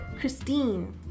Christine